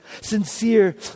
Sincere